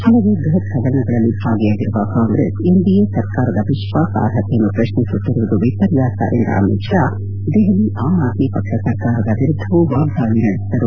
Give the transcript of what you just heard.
ಪಲವು ಬೃಹತ್ ಪಗರಣಗಳಲ್ಲಿ ಭಾಗಿಯಾಗಿರುವ ಕಾಂಗ್ರೆಸ್ ಎನ್ಡಿಎ ಸರ್ಕಾರದ ವಿತ್ವಾಸಾರ್ಹತೆಯನ್ನು ಪ್ರಶ್ನಿಸುತ್ತಿರುವುದು ವಿಪರ್ಯಾಸ ಎಂದ ಅಮಿತ್ ಶಾ ದೆಹಲಿ ಆಮ್ ಆದ್ಮಿ ಪಕ್ಷ ಸರ್ಕಾರದ ವಿರುದ್ದವೂ ವಾಗ್ವಾಳಿ ನಡೆಸಿದರು